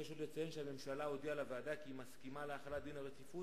אבקש עוד לציין שהממשלה הודיעה לוועדה כי היא מסכימה להחלת דין הרציפות,